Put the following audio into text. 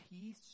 peace